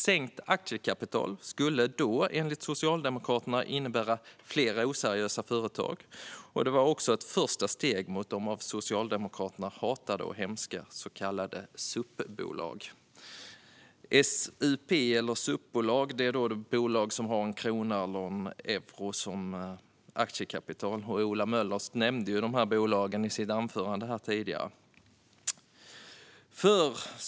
Sänkt aktiekapital skulle då enligt Socialdemokraterna innebära fler oseriösa företag och ett första steg mot de av Socialdemokraterna så hatade SUP-bolagen, det vill säga bolag som har en enda krona eller euro som aktiekapital. Ola Möller nämnde dessa bolag i sitt anförande.